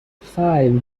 five